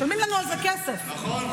משלמים לנו על זה כסף, סליחה,